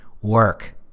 work